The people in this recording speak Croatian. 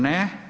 Ne.